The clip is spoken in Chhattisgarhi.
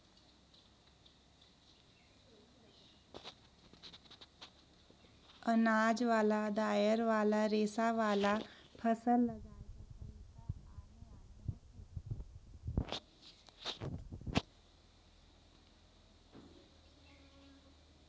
अनाज वाला, दायर वाला, रेसा वाला, फसल लगाए कर तरीका आने आने होथे